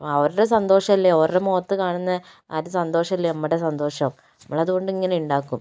അപ്പോൾ അവരുടെ സന്തോഷമല്ലെ അവരുടെ മുഖത്ത് കാണുന്ന ആ സന്തോഷമല്ലേ നമ്മുടെ സന്തോഷം നമ്മളത് കൊണ്ട് ഇങ്ങനെ ഉണ്ടാക്കും